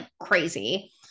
crazy